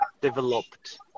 developed